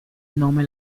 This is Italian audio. nome